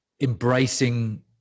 embracing